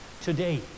today